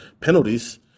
penalties